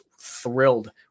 thrilled